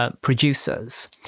producers